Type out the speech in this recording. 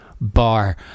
bar